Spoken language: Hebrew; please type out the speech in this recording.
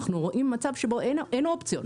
אנחנו רואים מצב שבו אין אופציות.